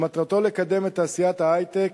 שמטרתו לקדם את תעשיית ההיי-טק